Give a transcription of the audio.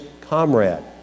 comrade